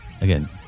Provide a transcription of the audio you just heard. Again